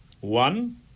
One